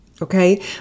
Okay